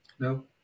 No